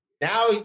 Now